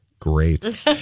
Great